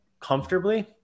comfortably